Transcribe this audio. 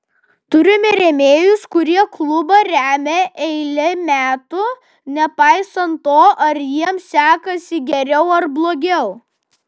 turime rėmėjus kurie klubą remia eilę metų nepaisant to ar jiems sekasi geriau ar blogiau